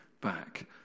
back